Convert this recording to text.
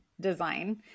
design